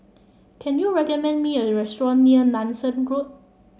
can you recommend me a restaurant near Nanson Road